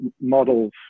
models